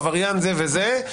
עבריין זה וזה,